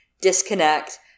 disconnect